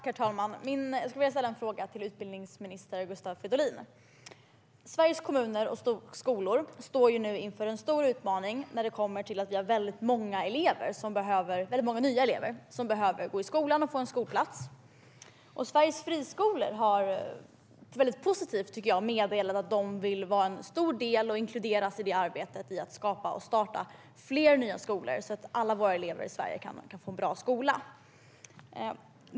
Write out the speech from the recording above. Herr talman! Jag vill ställa en fråga till utbildningsminister Gustav Fridolin. Sveriges kommuner och skolor står nu inför en stor utmaning när vi har väldigt många nya elever som behöver gå i skolan och få en skolplats. Sveriges friskolor har mycket positivt meddelat att de vill vara en stor del i detta och inkluderas i arbetet med att skapa och starta fler nya skolor så att alla våra elever i Sverige kan få en bra skola.